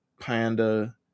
panda